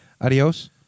Adios